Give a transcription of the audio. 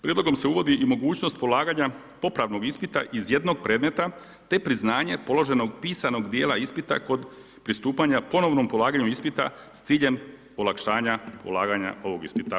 Prijedlogom se uvodi i mogućnost polaganja popravnog ispita iz jednog predmeta te priznaje položenog pisanog djela ispita kod pristupanja ponovnog polaganju ispita s ciljem olakšanja polaganja ovog ispita.